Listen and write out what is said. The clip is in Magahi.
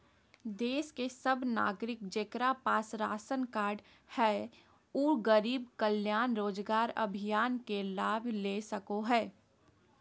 देश के सब नागरिक जेकरा पास राशन कार्ड हय उ गरीब कल्याण रोजगार अभियान के लाभ ले सको हय